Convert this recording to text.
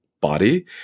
body